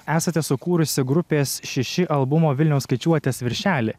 esate sukūrusi grupės šiši albumo vilniaus skaičiuotes viršelyje